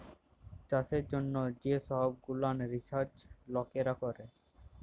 চাষের জ্যনহ যে সহব গুলান রিসাচ লকেরা ক্যরে